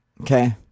Okay